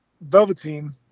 Velveteen